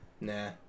Nah